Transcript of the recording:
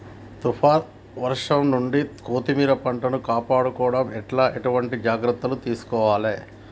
తుఫాన్ వర్షం నుండి కొత్తిమీర పంటను కాపాడుకోవడం ఎట్ల ఎటువంటి జాగ్రత్తలు తీసుకోవాలే?